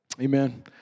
Amen